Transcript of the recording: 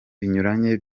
binyuranye